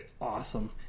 awesome